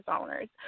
owners